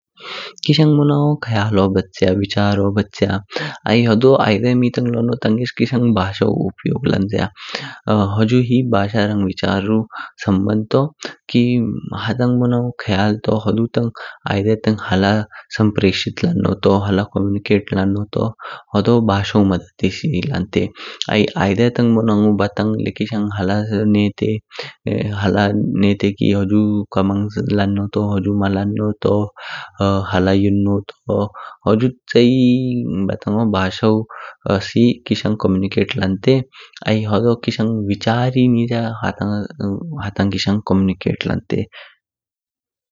किशङ मोनाओ ख्यालो बचाया, विचारो बचाया। आइ होदो आइडे मी टंग लोननो टंगेस किशङ बशौ उपयोग लंज्या। हुजु ही बशा रङ विचारु सम्बन्ध टू। की हताङ मोनाउ ख्याल तू हुदु टंग आइडे टंग हला सम्प्रेषित लन्नो तू हला कम्युनिकेट लन्नो तू होदो बशु मद्ध ही लन्ते। आइ आइडे टंग ले मोनाउ बातें किशङ हाल नेटे की हुजु कामन लन्नो तू हुजु मा लन्नो तू, हला युनो तू हुजु चाइए बत्तैओं बशौ स सी किशङ कम्युनिकेट लन्ते। आइ होदो किशङ विचार ही नि्ज्या हताङ किशङ कम्युनिकेट लन्ते।